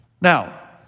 Now